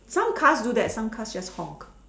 some cars do that some cars just honk